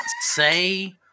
say